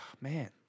Man